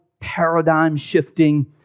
paradigm-shifting